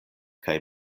kaj